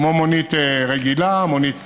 כמו מונית רגילה, מונית ספיישל,